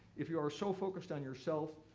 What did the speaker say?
if you are so focused on yourself,